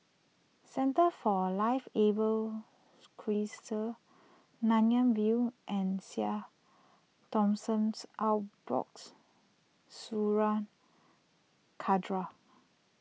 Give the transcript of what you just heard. Centre for Liveable Cities Nanyang View and Saint Thomas Orthodox Syrian Cathedral